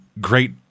great